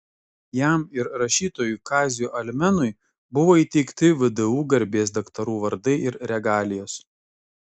jam ir rašytojui kaziui almenui buvo įteikti vdu garbės daktarų vardai ir regalijos